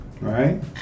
right